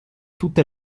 tutte